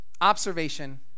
observation